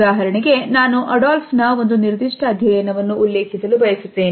ಉದಾಹರಣೆಗೆ ನಾನು ಅಡಾಲ್ಫ್ ನ ಒಂದು ನಿರ್ದಿಷ್ಟ ಅಧ್ಯಯನವನ್ನು ಉಲ್ಲೇಖಿಸಲು ಬಯಸುತ್ತೇನೆ